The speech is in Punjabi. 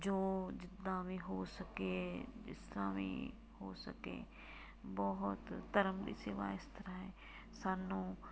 ਜੋ ਜਿੱਦਾਂ ਵੀ ਹੋ ਸਕੇ ਜਿਸ ਤਰ੍ਹਾਂ ਵੀ ਹੋ ਸਕੇ ਬਹੁਤ ਧਰਮ ਇਸੇ ਵਾਸਤੇ ਤਾਂ ਹੈ ਸਾਨੂੰ